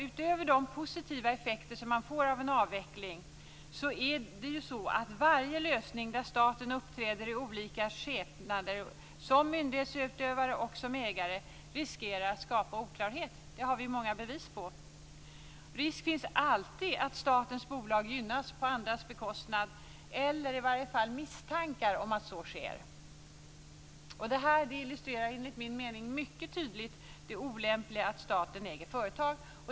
Utöver de positiva effekter man får av en avveckling är det dessutom så att varje lösning där staten uppträder i olika skepnader - som myndighetsutövare och som ägare - riskerar att skapa oklarhet. Det har vi många bevis på. Risk finns alltid att statens bolag gynnas på andras bekostnad, eller i varje fall finns det misstankar om att så sker. Detta illustrerar enligt min mening mycket tydligt det olämpliga i att staten äger företag.